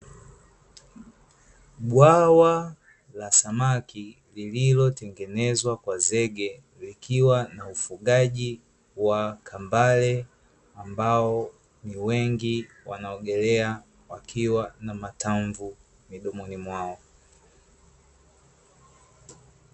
Bwawa la samaki lililotengenezwa kwa zege likiwa na ufugaji wa kambare ambao ni wengi, wanaogelea wakiwa na matamvua midomoni mwao.